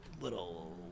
little